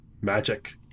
magic